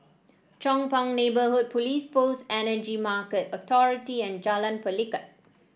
Chong Pang Neighbourhood Police Post Energy Market Authority and Jalan Pelikat